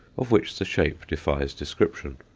of which the shape defies description.